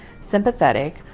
sympathetic